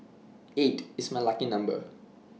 eight is my lucky number